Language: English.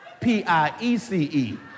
P-I-E-C-E